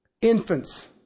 infants